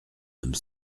homme